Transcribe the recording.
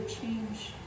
change